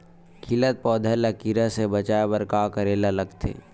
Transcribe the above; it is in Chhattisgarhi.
खिलत पौधा ल कीरा से बचाय बर का करेला लगथे?